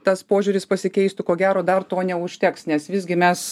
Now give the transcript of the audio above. tas požiūris pasikeistų ko gero dar to neužteks nes visgi mes